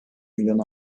milyon